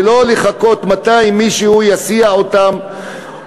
ולא לחכות מתי מישהו יסיע אותם,